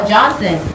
Johnson